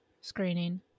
screening